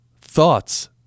thoughts